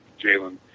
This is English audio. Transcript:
Jalen